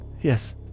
Yes